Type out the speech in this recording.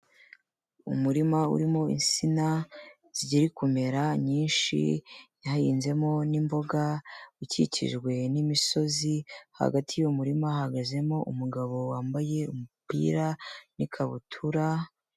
Umurima urimo insina zikiri kumera nyinshi, hahinzemo n'imboga, ukikijwe n'imisozi, hagati y'uwo murima hahagazemo umugabo wambaye umupira n'ikabutura.